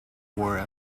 war